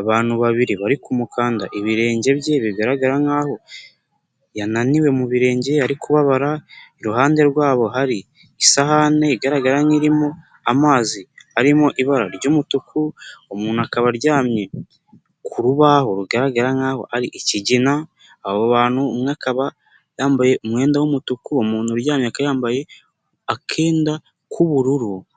abantu babiri bari mukanda ibirenge bye bigaragara nk'aho yananiwe mu birenge ari kubabara, iruhande rwabo hari isahani igaragara nk'irimo amazi arimo ibara ry'umutuku, umuntu akaba aryamye ku rubaho rugaragara nk'aho ari ikigina, abo bantu umwe akaba yambaye umwenda w'umutuku, umuntu uryamye akaba yambaye akenda k'ubururu.